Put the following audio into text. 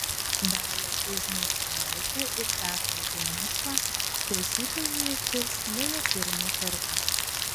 dalią kuznecovaitę ir petrą geniušą klausytojai išgirs nebe pirmą kartą